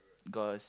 cause